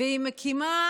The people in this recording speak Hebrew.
והיא מקימה